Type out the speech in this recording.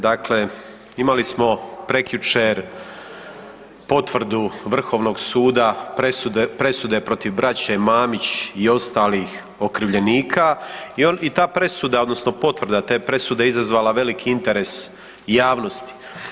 Dakle, imali smo prekjučer potvrdu Vrhovnog suda presude protiv braće Mamić i ostalih okrivljenika i ta presuda odnosno potvrda te presude izazvala veliki interes javnosti.